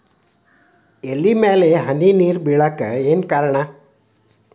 ಎಲೆ ಮ್ಯಾಲ್ ಹನಿ ನೇರ್ ಬಿಳಾಕ್ ಏನು ಕಾರಣ?